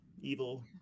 evil